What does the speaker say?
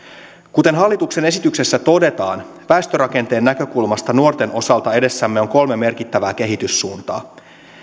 kuten hallituksen esityksessä todetaan väestörakenteen näkökulmasta nuorten osalta edessämme on kolme merkittävää kehityssuuntaa